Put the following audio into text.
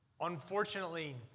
unfortunately